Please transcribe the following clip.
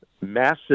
massive